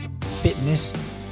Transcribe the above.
fitness